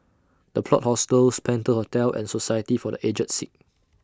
The Plot Hostels Penta Hotel and Society For The Aged Sick